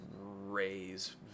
raise